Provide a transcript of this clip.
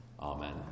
Amen